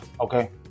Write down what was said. Okay